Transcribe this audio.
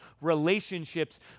Relationships